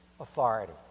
authority